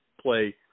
play